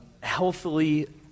healthily